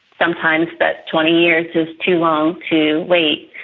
sometimes that twenty years is too long to wait.